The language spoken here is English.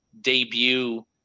debut